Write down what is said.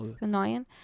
Annoying